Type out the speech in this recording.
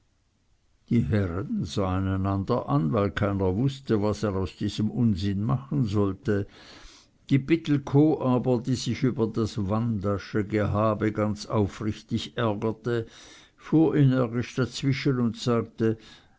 die herren sahen einander an weil keiner wußte was er aus diesem unsinn machen sollte die pittelkow aber die sich über das wandasche gehabe ganz aufrichtig ärgerte fuhr energisch dazwischen und sagte